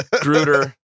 Gruder